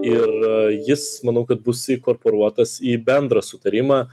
ir jis manau kad bus įkorporuotas į bendrą sutarimą